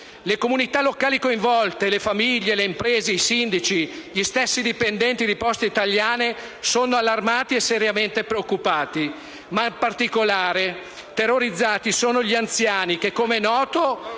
Le comunità locali coinvolte, le famiglie, le imprese, i sindaci, gli stessi dipendenti di Poste sono allarmati e seriamente preoccupati. Ma in particolare terrorizzati sono gli anziani che, come è noto,